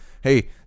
Hey